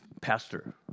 pastor